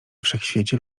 wszechświecie